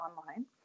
online